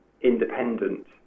independent